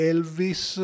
Elvis